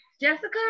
Jessica